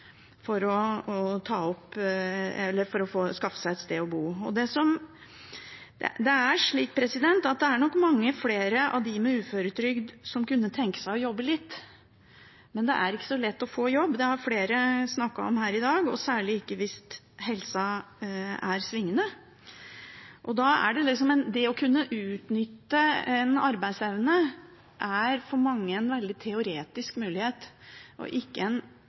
for å skaffe seg et sted å bo. Det er nok mange med uføretrygd som kunne tenke seg å jobbe litt, men det er ikke så lett å få jobb, det har flere snakket om her i dag, og særlig ikke hvis helsa er svingende. Da er det å kunne utnytte en arbeidsevne for mange en veldig teoretisk mulighet, og ikke en